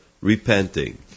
repenting